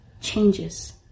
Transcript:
changes